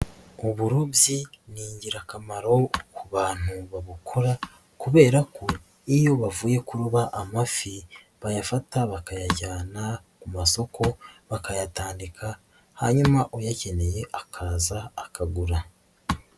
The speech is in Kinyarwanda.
Uburobyi ni ingirakamaro ku bantu babukora kubera ko iyo bavuye kuroba amafi bayafata bakayajyana ku masoko bakayatandika, hanyuma uyakeneyene akaza akagura.